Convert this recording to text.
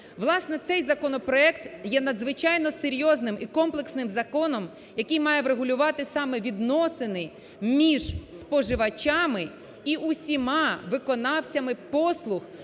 Власне, цей законопроект є надзвичайно серйозним і комплексним законом, який має врегулювати саме відносини між споживачами і усіма виконавцями послуг